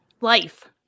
life